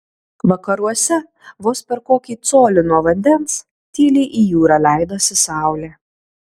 vakaruose vos per kokį colį nuo vandens tyliai į jūrą leidosi saulė